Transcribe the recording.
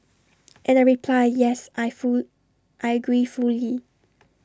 and I reply yes I full I agree fully